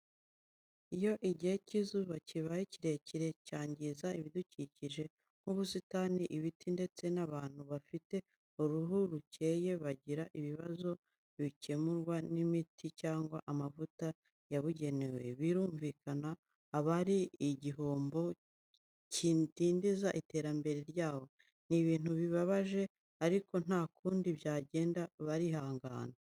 Iyo igihe cy'izuba kibaye kirekire cyangiza ibidukikije nk'ubusitani, ibiti ndetse n'abantu bafite uruhu rukeye bagira ibibazo bikemurwa n'imiti cyangwa amavuta yabugenewe, birumvikana aba ari igihombo, kidindiza iterambere ryabo. Ni ibintu bibabaje ariko nta kundi byagenda, barihangana.